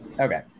Okay